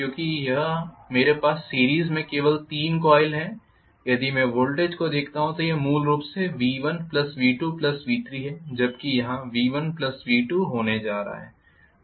क्योंकि यहां मेरे पास सिरीज़ में केवल तीन कॉइल हैं यदि मैं वोल्टेज को देखता हूँ तो यह मूल रूप से V1V2V3 है जबकि यहाँ V1V2 होने जा रहा है V6 तक